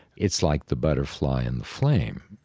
it's like the butterfly and the flame.